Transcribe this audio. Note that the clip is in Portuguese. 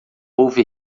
houve